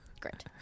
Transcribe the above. Great